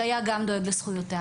שהיה גם דואג לזכויותיי,